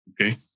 Okay